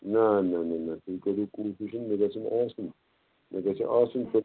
نَہ نَہ نَہ نَہ تُہۍ کٔرِو کوٗشِش مےٚ گژھیٚن آسنہِ مےٚ گژھہِ آسُن